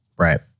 Right